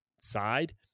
side